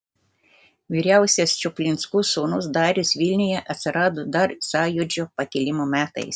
vyriausias čuplinskų sūnus darius vilniuje atsirado dar sąjūdžio pakilimo metais